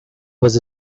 was